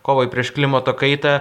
kovai prieš klimato kaitą